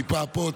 טיפה פה,